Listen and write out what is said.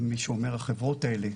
אם מישהו אומר החברות האלה,